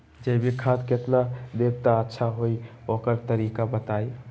जैविक खाद केतना देब त अच्छा होइ ओकर तरीका बताई?